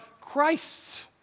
Christ's